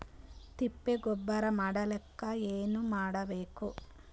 ತಿಪ್ಪೆ ಗೊಬ್ಬರ ಮಾಡಲಿಕ ಏನ್ ಮಾಡಬೇಕು?